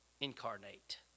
incarnate